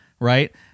right